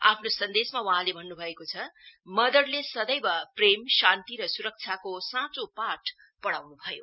आफ्नो सन्देशमा वहाँले भन्नु भएको छ मदरले सदैव प्रेम शान्ति र सुरक्षाको साँचो पाठ पढ़ाउनु भयो